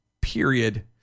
period